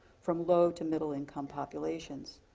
from low to middle income populations.